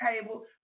table